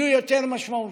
הם יהיו יותר משמעותיים,